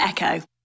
Echo